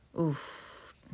oof